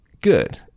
good